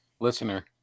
listener